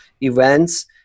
events